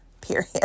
period